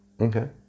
Okay